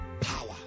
power